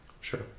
Sure